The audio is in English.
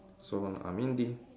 so I mean di~